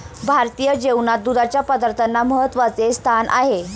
भारतीय जेवणात दुधाच्या पदार्थांना महत्त्वाचे स्थान आहे